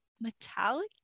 metallic